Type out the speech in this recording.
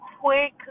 quick